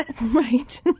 Right